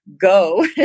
go